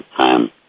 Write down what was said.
time